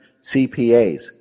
CPAs